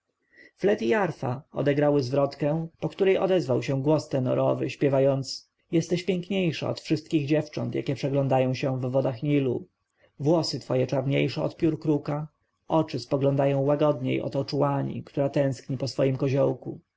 arfa odegrały zwrotkę po której odezwał się głos tenorowy śpiewając jesteś piękniejsza od wszystkich dziewcząt jakie przeglądają się w wodach nilu włosy twoje czarniejsze od piór kruka oczy spoglądają łagodniej od oczu łani która tęskni po swoim koziołku